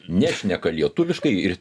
nešneka lietuviškai ir